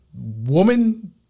woman